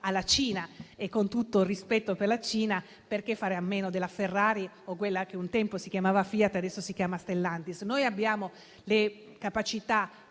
alla Cina. E, con tutto il rispetto per la Cina, perché fare a meno della Ferrari o di quella che un tempo si chiamava FIAT e adesso si chiamava Stellantis? Noi abbiamo le capacità